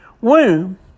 womb